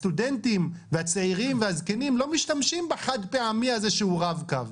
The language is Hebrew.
הסטודנטים והצעירים והזקנים לא משתמשים בחד פעמי הזה שהוא רב קו.